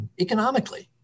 economically